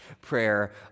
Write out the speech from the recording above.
prayer